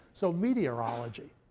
so meteorology.